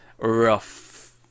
rough